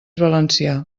valencià